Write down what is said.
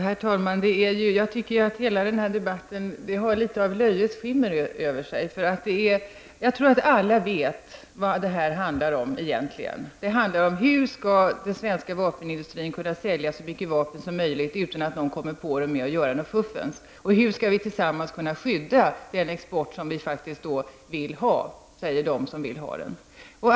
Herr talman! Hela denna debatt har litet av ett löjets skimmer över sig. Jag tror att alla vet vad det egentligen handlar om: hur skall den svenska vapenindustrin kunna sälja så mycket vapen som möjligt utan att någon kommer på den med att göra något fuffens, och hur skall vi tillsammans kunna skydda den export som vissa vill ha?